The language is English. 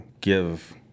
give